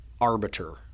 arbiter